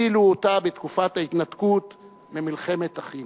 הצילו אותה בתקופת ההתנתקות ממלחמת אחים.